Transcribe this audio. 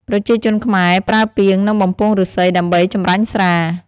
ប្រជាជនខ្មែរប្រើពាង និងបំពង់ឫស្សីដើម្បីចម្រាញ់ស្រា។